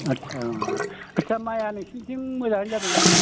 आदसा माया नोंसिनिथिं मोजांआनो जादोंदा